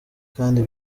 kandi